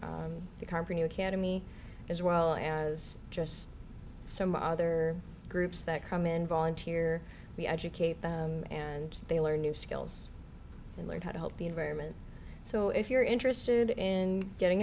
program the company can to me as well as just some other groups that come in volunteer we educate them and they learn new skills and learn how to help the environment so if you're interested in getting